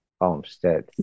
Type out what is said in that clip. homestead